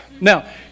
Now